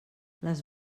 les